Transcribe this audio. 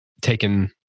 taken